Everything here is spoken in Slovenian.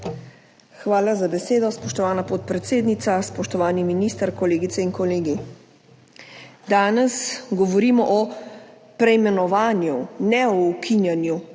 Hvala za besedo, spoštovana podpredsednica. Spoštovani minister, kolegice in kolegi! Danes govorimo o preimenovanju, ne o ukinjanju